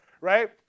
Right